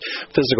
physical